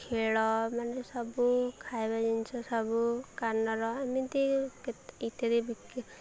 ଖେଳ ମାନେ ସବୁ ଖାଇବା ଜିନିଷ ସବୁ କାନର ଏମିତି କ ଇତ୍ୟାଦିି ବି